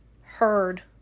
heard